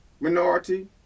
minority